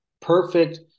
perfect